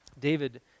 david